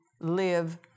live